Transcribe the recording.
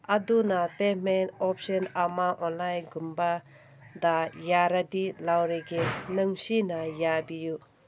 ꯑꯗꯨꯅ payment option ꯑꯃ ꯑꯣꯟꯂꯥꯏꯟꯒꯨꯝꯕꯗ ꯌꯥꯔꯗꯤ ꯂꯧꯔꯒꯦ ꯅꯨꯡꯁꯤꯅ ꯌꯥꯕꯤꯌꯨ